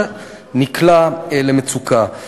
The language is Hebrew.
שנקלעה למצוקה.